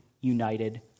united